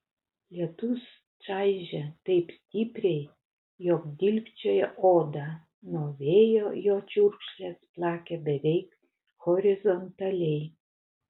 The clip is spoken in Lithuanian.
lietus čaižė taip stipriai jog dilgčiojo odą nuo vėjo jo čiurkšlės plakė beveik horizontaliai